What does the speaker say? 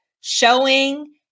showing